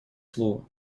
слово